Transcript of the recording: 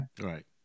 Right